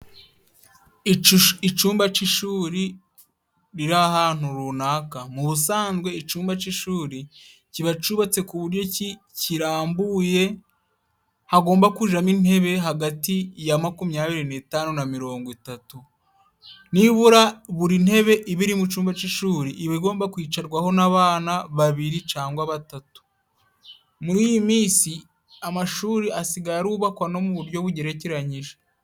Icyumba cy'ishuri riri ahantu runaka, mu busanzwe icyumba cy'ishuri Kiba cyubatse ku buryo kirambuye, hagomba kujyamo intebe hagati ya makumyabiri n'eshanu na mirongo itatu. Nibura buri ntebe iba iri mu cyumba cy'ishuri iba igomba kwicarwaho n'abana babiri cyangwa batatu. Muri iyi minsi amashuri asigaye yubakwa no mu buryo bugerekeranyije.